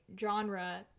genre